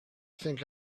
think